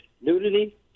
nudity